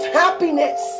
happiness